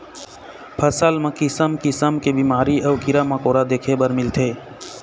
फसल म किसम किसम के बिमारी अउ कीरा मकोरा देखे बर मिलथे